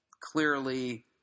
clearly